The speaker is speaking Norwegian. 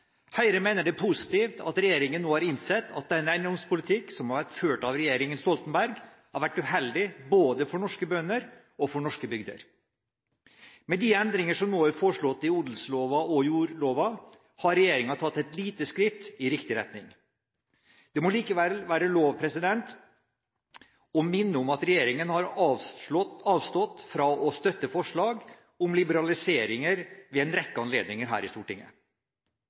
Høyre mener det er positivt at regjeringen nå har innsett at den eiendomspolitikk som har vært ført av regjeringen Stoltenberg, har vært uheldig både for norske bønder og for norske bygder. Med de endringer som nå er foreslått i odelsloven og jordloven, har regjeringen tatt et lite skritt i riktig retning. Det må likevel være lov å minne om at regjeringen har avstått fra å støtte forslag om liberaliseringer ved en rekke anledninger her i Stortinget.